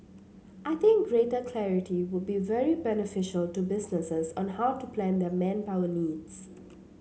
I think greater clarity would be very beneficial to businesses on how to plan their manpower needs